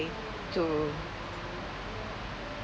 to